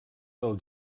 del